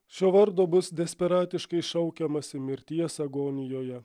šio vardo bus desperatiškai šaukiamasi mirties agonijoje